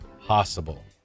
possible